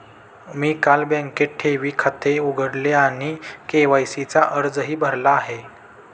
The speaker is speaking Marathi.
मी काल बँकेत ठेवी खाते उघडले आणि के.वाय.सी चा अर्जही भरला आहे